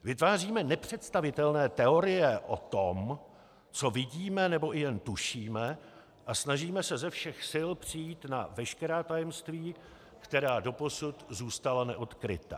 Vytváříme nepředstavitelné teorie o tom, co vidíme nebo i jen tušíme, a snažíme se ze všech sil přijít na veškerá tajemství, která doposud zůstala neodkryta.